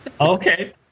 okay